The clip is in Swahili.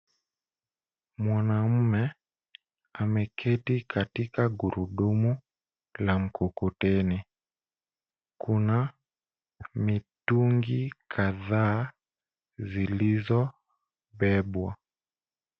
Mwanamume, ameketi katika gurudumu, la mkokoteni. Kuna mitungi kadhaa zilizobebwa.